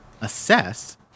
assess